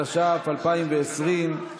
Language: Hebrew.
התש"ף 2020,